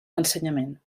l’ensenyament